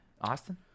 austin